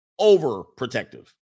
overprotective